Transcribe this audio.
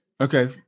okay